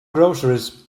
groceries